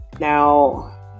now